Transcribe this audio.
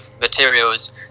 materials